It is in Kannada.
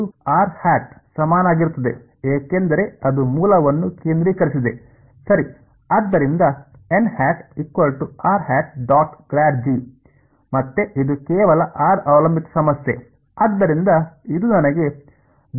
ಇದು ಸಮನಾಗಿರುತ್ತದೆ ಏಕೆಂದರೆ ಅದು ಮೂಲವನ್ನು ಕೇಂದ್ರೀಕರಿಸಿದೆ ಸರಿ ಆದ್ದರಿಂದ ಮತ್ತೆ ಇದು ಕೇವಲ ಆರ್ ಅವಲಂಬಿತ ಸಮಸ್ಯೆ ಆದ್ದರಿಂದ ಇದು ನನಗೆ ಅನ್ನು ಮಾತ್ರ ನೀಡಲಿದೆ